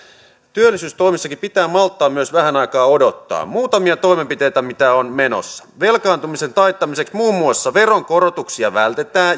työllisyystoimissakin pitää malttaa myös vähän aikaa odottaa muutamia toimenpiteitä mitä on menossa velkaantumisen taittamiseksi muun muassa veronkorotuksia vältetään